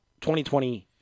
2020